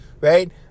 Right